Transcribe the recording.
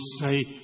say